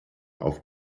auf